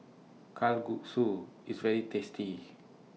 Kalguksu IS very tasty